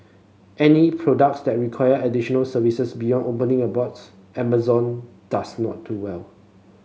any products that require additional services beyond opening a box Amazon does not do well